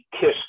Kiss